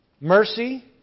Mercy